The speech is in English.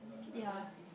ya